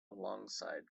alongside